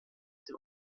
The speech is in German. dem